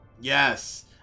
yes